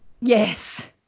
Yes